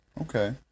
Okay